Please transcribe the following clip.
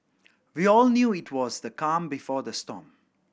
we all knew it was the calm before the storm